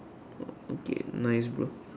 okay nice bro